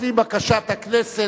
לפי בקשת הכנסת,